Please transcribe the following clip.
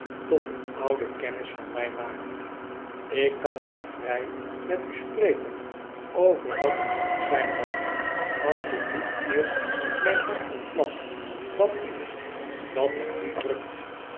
tot een ouden kennis van mij maakt ik kan niet vrij met u spreken over wat het ook zijn mag als ik niet eerst mijn hart ontlast van iets dat het nu drukt